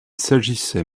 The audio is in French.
s’agissait